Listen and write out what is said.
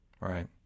Right